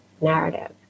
narrative